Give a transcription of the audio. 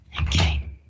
Okay